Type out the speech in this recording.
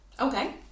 Okay